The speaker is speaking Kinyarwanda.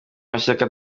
mashyaka